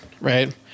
right